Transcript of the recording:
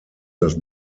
das